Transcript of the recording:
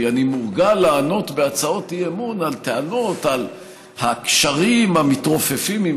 כי אני מורגל לענות בהצעות אי-אמון לטענות על הקשרים המתרופפים עם